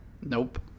Nope